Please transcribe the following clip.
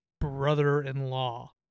brother-in-law